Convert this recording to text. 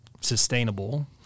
sustainable